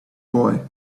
boy